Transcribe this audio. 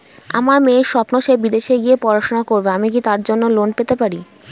আমার মেয়ের স্বপ্ন সে বিদেশে গিয়ে পড়াশোনা করবে আমি কি তার জন্য লোন পেতে পারি?